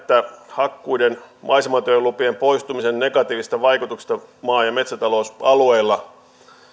hakkuiden maisematyölupien poistumisen negatiivisista vaikutuksista maa ja metsätalousalueilla